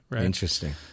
Interesting